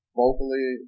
vocally